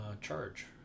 charge